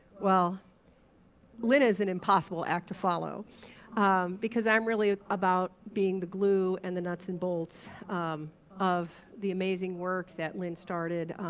well lynn is an impossible act to follow because i'm really about being the glue and the nuts and bolts of the amazing work that lynn started,